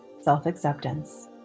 self-acceptance